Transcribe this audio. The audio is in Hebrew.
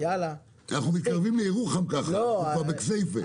כך אנחנו מתקרבים לירוחם, אנחנו כבר בכסייפה.